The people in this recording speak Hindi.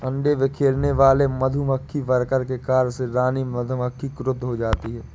अंडे बिखेरने वाले मधुमक्खी वर्कर के कार्य से रानी मधुमक्खी क्रुद्ध हो जाती है